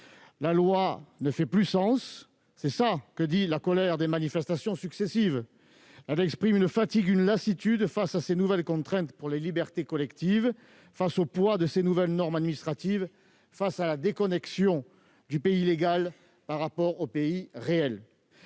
la colère que l'on constate dans les manifestations successives. Elle exprime une fatigue, une lassitude face à ces nouvelles contraintes pour les libertés collectives, face au poids de ces nouvelles normes administratives, face à la déconnexion du pays légal par rapport aux pays réel.